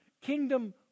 kingdom